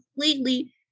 completely